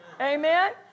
Amen